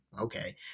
Okay